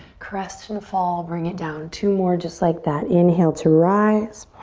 crest and fall. bring it down. two more just like that. inhale to rise.